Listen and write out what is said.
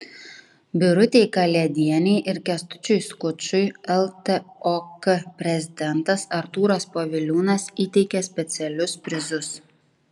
birutei kalėdienei ir kęstučiui skučui ltok prezidentas artūras poviliūnas įteikė specialius prizus